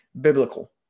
biblical